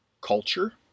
culture